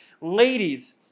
Ladies